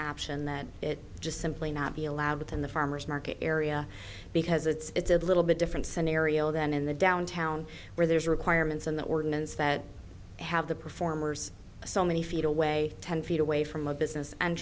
and that it just simply not be allowed within the farmer's market area because it's a little bit different scenario than in the downtown where there's requirements in the ordinance that have the performers so many feet away ten feet away from a business